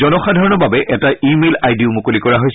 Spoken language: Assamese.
জনসাধাৰণৰ বাবে এটা ই মেইল আই ডিও মুকলি কৰা হৈছে